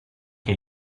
che